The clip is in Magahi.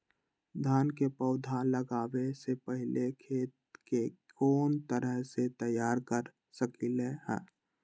धान के पौधा लगाबे से पहिले खेत के कोन तरह से तैयार कर सकली ह?